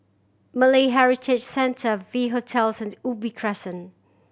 Malay Heritage Centre V Hotels and Ubi Crescent